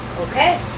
Okay